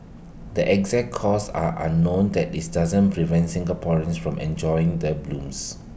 the exact cause are unknown that is doesn't prevent Singaporeans from enjoying the blooms